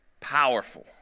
Powerful